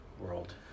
world